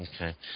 okay